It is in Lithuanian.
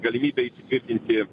galvytėje įsitvirtinti